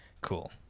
Cool